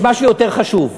יש משהו יותר חשוב.